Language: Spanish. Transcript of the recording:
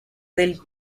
del